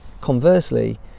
Conversely